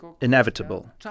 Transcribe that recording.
inevitable